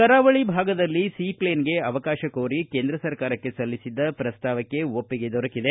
ಕರಾವಳಿ ಭಾಗದಲ್ಲಿ ಸೀ ಫ್ಲೇನ್ಗೆ ಅವಕಾಶ ಕೋರಿ ಕೇಂದ್ರ ಸರ್ಕಾರಕ್ಕೆ ಸಲ್ಲಿಸಿದ್ದ ಪ್ರಸ್ತಾವಕ್ಕೆ ಒಪ್ಪಿಗೆ ದೊರಕಿದೆ